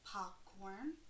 Popcorn